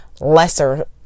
lesser